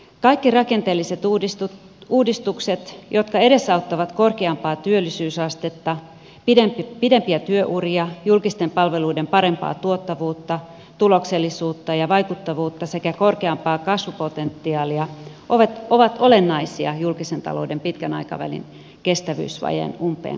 kaikki rakenteelliset uudistukset jotka edes auttavat korkeampaa työllisyysastetta pidempiä työuria julkisten palveluiden parempaa tuottavuutta tuloksellisuutta ja vaikuttavuutta sekä korkeampaa kasvupotentiaalia ovat olennaisia julkisen talouden pitkän aikavälin kestävyysvajeen umpeen kuromiseksi